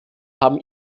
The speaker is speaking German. haben